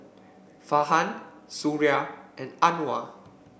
Farhan Suria and Anuar